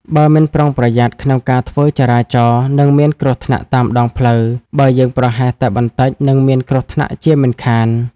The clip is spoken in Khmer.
បើមិនប្រុងប្រយ័ត្នក្នុងការធ្វើចរាចរនឹងមានគ្រោះថ្នាក់តាមដងផ្លូវ បើយើងប្រហែសតែបន្តិចនិងមានគ្រោះថ្នាក់ជាមិនខាន។